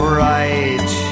right